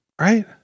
right